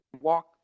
walk